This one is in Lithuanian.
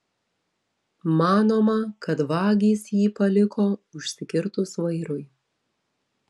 manoma kad vagys jį paliko užsikirtus vairui